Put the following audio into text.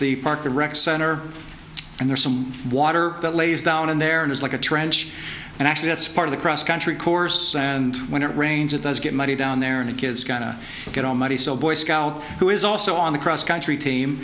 the park and rec center and there's some water that lays down in there and is like a trench and actually that's part of the cross country course and when it rains it does get muddy down there and kids gonna get all muddy so a boy scout who is also on the cross country team